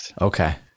okay